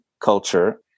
culture